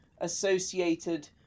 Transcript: associated